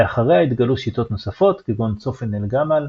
לאחריה התגלו שיטות נוספות כגון צופן אל-גמאל,